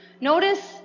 notice